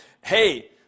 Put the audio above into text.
hey